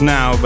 Now